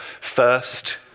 First